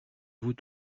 vous